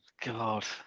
god